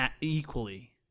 Equally